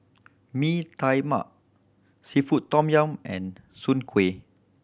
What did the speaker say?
Mee Tai Mak seafood tom yum and soon kway